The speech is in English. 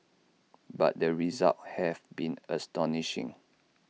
but the results have been astonishing